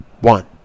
one